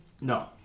No